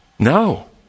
No